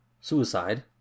suicide